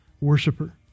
worshiper